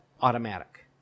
automatic